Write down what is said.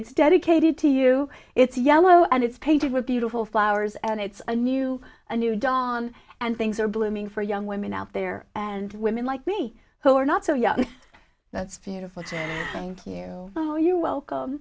it's dedicated to you it's yellow and it's painted with beautiful flowers and it's a new a new dawn and things are blooming for young women out there and women like me who are not so young that's beautiful to think you know you're welcome